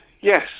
Yes